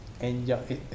enjoy